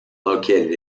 located